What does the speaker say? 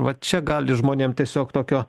va čia gali žmonėm tiesiog tokio